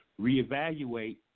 reevaluate